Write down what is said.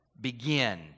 begin